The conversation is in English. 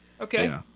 Okay